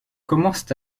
commencent